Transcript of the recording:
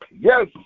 yes